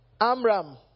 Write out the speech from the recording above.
Amram